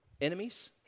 enemies